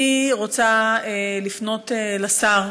אני רוצה לפנות אל השר